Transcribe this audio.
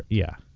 yeah.